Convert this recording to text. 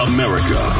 America